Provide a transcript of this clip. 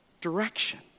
direction